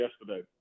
yesterday